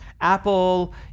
Apple